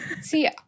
See